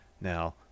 Now